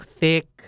thick